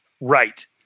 right